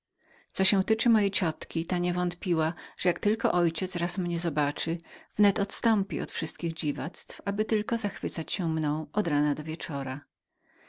co się tyczy mojej ciotki ta nie wątpiła że jak tylko mój ojciec raz mnie obaczy wnet odstąpi od wszystkich dziwactw aby tylko zachwycać się mną od rana do wieczora